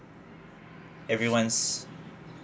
everyone's